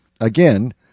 again